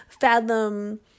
fathom